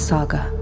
Saga